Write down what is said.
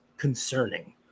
Concerning